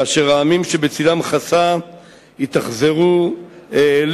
כאשר העמים שבצלם חסה התאכזרו לו,